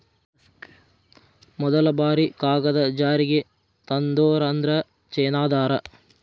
ಮದಲ ಬಾರಿ ಕಾಗದಾ ಜಾರಿಗೆ ತಂದೋರ ಅಂದ್ರ ಚೇನಾದಾರ